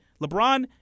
LeBron